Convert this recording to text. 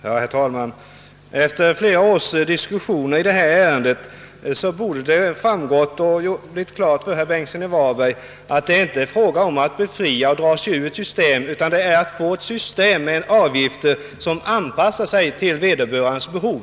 Herr talman! Efter flera års diskussioner i detta ärende borde det stå klart för herr Bengtsson i Varberg att det inte är fråga om att ställa någon utanför systemet. Vad det gäller är att åstadkomma ett system, där avgifterna anpassas efter vederbörandes behov.